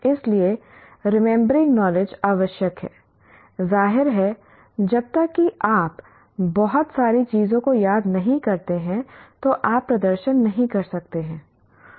इसलिए remembering knowledge आवश्यक है जाहिर है जब तक कि आप बहुत सारी चीजों को याद नहीं करते हैं जो आप प्रदर्शन नहीं कर सकते हैं